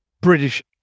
British